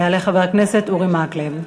יעלה חבר הכנסת אורי מקלב.